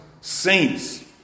Saints